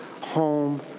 home